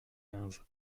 quinze